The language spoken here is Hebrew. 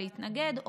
להתנגד,